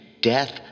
Death